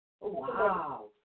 wow